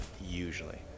usually